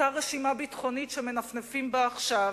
אותה רשימה ביטחונית שמנפנפים בה עכשיו,